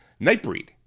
Nightbreed